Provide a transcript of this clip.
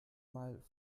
mal